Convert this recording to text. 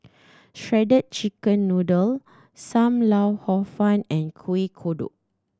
shredded chicken noodle Sam Lau Hor Fun and Kueh Kodok